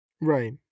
Right